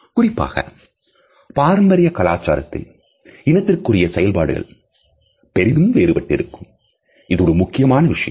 குறிப்பாக பாரம்பரிய கலாச்சாரத்தில் இனத்திற்கு உரிய செயல்பாடுகள் பெரிதும் வேறுபட்டிருக்கும் இது ஒரு முக்கியமான விஷயம்